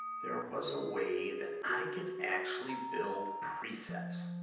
there was a way that i could actually build presets